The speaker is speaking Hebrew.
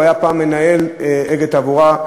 והיה פעם מנהל "אגד תחבורה",